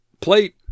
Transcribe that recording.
plate